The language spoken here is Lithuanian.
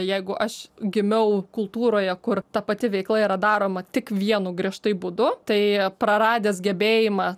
jeigu aš gimiau kultūroje kur ta pati veikla yra daroma tik vienu griežtai būdu tai praradęs gebėjimą